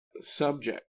subject